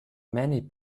many